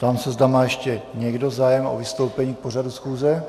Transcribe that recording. Ptám se, zda má ještě někdo zájem o vystoupení k pořadu schůze.